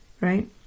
Right